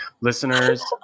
Listeners